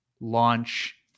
launch